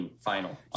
final